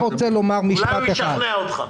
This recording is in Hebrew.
אולי הוא ישכנע אותך.